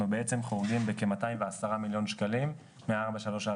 בעצם חורגים בכ-210 מיליון שקלים מה-4.341.